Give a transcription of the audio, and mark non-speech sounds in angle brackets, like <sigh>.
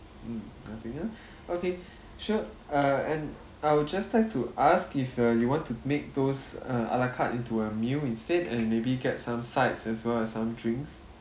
mm nothing ya <breath> okay <breath> sure uh and I would just like to ask if uh you want to make those uh à la carte into a meal instead and maybe get some sides as well as some drinks